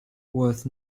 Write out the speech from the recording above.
worth